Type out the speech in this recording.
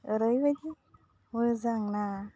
ओरैबायदि मोजांना